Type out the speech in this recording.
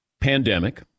pandemic